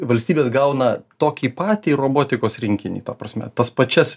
valstybės gauna tokį patį robotikos rinkinį ta prasme tas pačias